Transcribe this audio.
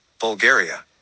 Bulgaria